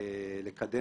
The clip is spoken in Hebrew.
להיות זהיר.